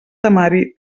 temari